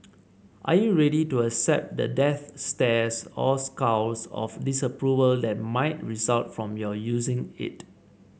are you ready to accept the death stares or scowls of disapproval that might result from